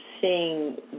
seeing